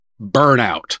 burnout